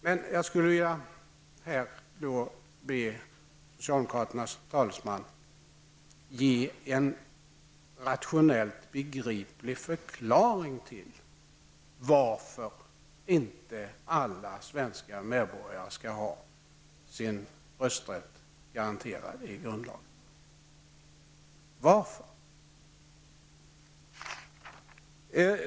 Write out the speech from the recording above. Men jag skulle vilja be socialdemokraternas talesman att ge en rationellt begriplig förklaring till varför inte alla svenska medborgare skall ha sin rösträtt garanterad i grundlag. Varför?